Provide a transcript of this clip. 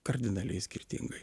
kardinaliai skirtingai